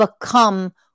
become